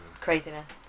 Craziness